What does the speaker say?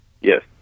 Yes